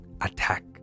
attack